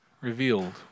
revealed